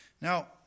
Now